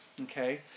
okay